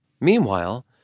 Meanwhile